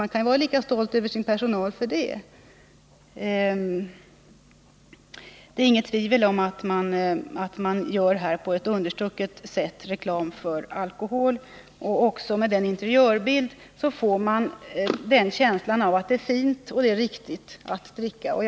Man kunde vara lika stolt över sin personal för det. Det råder inget tvivel om att SJ:s restaurang här på ett understucket sätt gör reklam för alkohol. Av interiörbilden får man också känslan av att det är fint och riktigt att dricka alkoholdrycker.